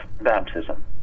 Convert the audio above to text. baptism